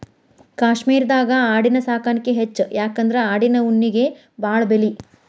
ಕಾಶ್ಮೇರದಾಗ ಆಡಿನ ಸಾಕಾಣಿಕೆ ಹೆಚ್ಚ ಯಾಕಂದ್ರ ಆಡಿನ ಉಣ್ಣಿಗೆ ಬಾಳ ಬೆಲಿ